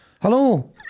Hello